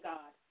God